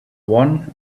one